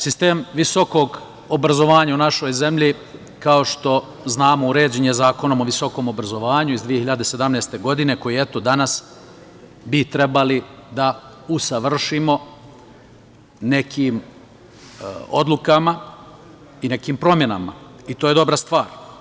Sistem visokog obrazovanja u našoj zemlji, kao što znamo, uređen je Zakonom o visokom obrazovanju iz 2017. godine, koji bi danas trebali da usavršimo nekim odlukama i nekim promenama i to je dobra stvar.